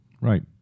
Right